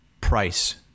price